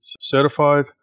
certified